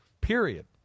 Period